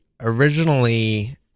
originally